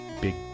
big